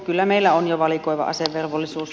kyllä meillä on jo valikoiva asevelvollisuus